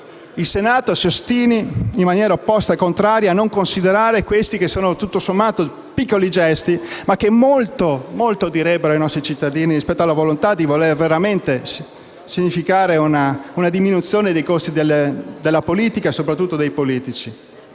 il Senato si ostini, in maniera opposta e contraria, a non considerare questi che sono tutto sommato piccoli gesti ma che molto direbbero ai nostri cittadini rispetto alla volontà di significare veramente una diminuzione dei costi della politica e, soprattutto, dei politici.